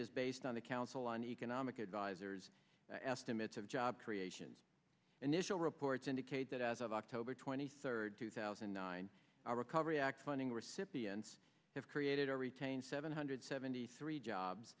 is based on the council on economic advisors estimates of job creations initial reports indicate that as of october twenty third two thousand and nine our recovery act funding recipients have created or retained seven hundred seventy three jobs